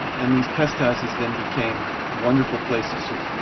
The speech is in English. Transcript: and these pest houses then became wonderful places of